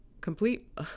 complete